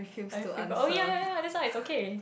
I feel but oh ya ya ya that's why it's okay